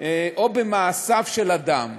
רק "או במעשיו של אדם".